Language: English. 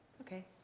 Okay